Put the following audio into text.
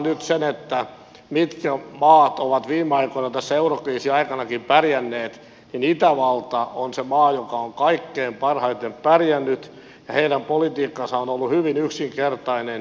jos me katsomme nyt mitkä maat ovat viime aikoina tässä eurokriisin aikanakin pärjänneet niin itävalta on se maa joka on kaikkein parhaiten pärjännyt ja heidän politiikkansa on ollut hyvin yksinkertainen